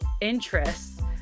interests